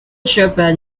shepherd